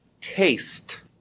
taste